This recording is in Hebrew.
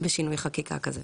בשינוי חקיקה כזה,